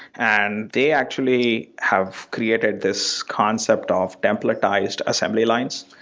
and they actually have created this concept of templatized assembly lines.